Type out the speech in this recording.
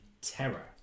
terror